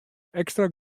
ekstra